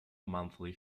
monthly